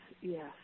yes